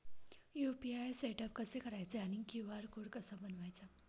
UPI setup कसे करायचे आणि क्यू.आर कोड कसा बनवायचा?